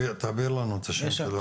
תעביר לנו את השם של הרשות.